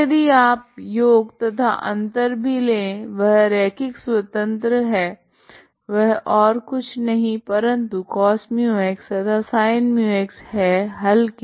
तो यदि आप योग तथा अंतर भी ले वह रैखिक स्वतंत्र है वह ओर कुछ नहीं परंतु cos μx तथा sin μx है हल के